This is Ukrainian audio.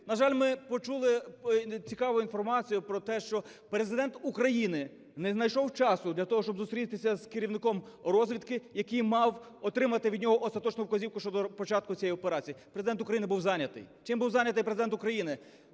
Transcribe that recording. На жаль, ми почули цікаву інформацію про те, що Президент України не знайшов часу для того, щоб зустрітися з керівником розвідки, який мав отримати від нього остаточну вказівку щодо початку цієї операції. Президент України був зайнятий. Чим був зайнятий Президент України?